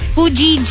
Fuji